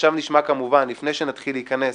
ועכשיו נשמע כמובן, לפני שנתחיל להיכנס